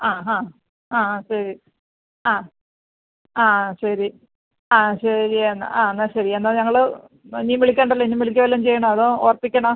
ആ ഹാ ആ ആ ശരി ആ ആ ആ ശരി ആ ശരി എന്നാൽ ആ എന്നാൽ ശരി എന്നാ ഞങ്ങൾ ഇനി വിളിക്കണ്ടല്ലോ ഇനി വിളിക്കാവല്ലോ ചെയ്യണമോ അതോ ഓർമിപ്പിക്കണോ